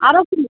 आरो की